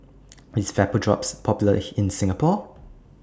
IS Vapodrops Popular in Singapore